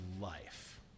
life